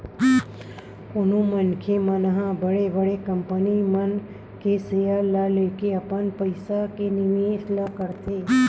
कोनो मनखे मन ह बड़े बड़े कंपनी मन के सेयर ल लेके अपन पइसा के निवेस ल करथे